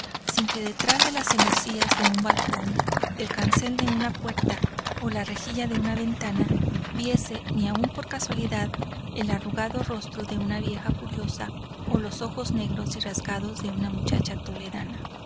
sin que detrás de las celosías de un balcón del cancel de una puerta o la rejilla de una ventana viese ni aun por casualidad el arrugado rostro de una vieja curiosa o los ojos negros y rasgados de una muchacha toledana